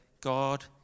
God